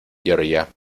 georgia